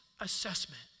assessment